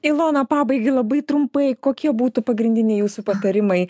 ilona pabaigai labai trumpai kokie būtų pagrindiniai jūsų patarimai